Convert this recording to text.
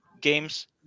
games